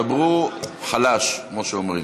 דברו חלש, כמו שאומרים.